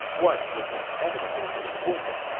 one would inevitably be wounded.